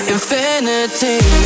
Infinity